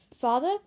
Father